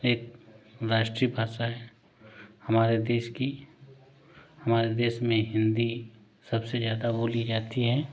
एक राष्ट्रीय भाषा है हमारे देश की हमारे देश में हिंदी सबसे ज़्यादा बोली जाती है